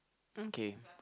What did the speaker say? okay